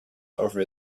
over